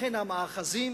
לכן, המאחזים